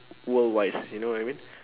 worldwide you know what I mean